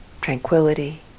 tranquility